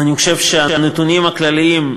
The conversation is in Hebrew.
אני חושב שהנתונים הכלליים,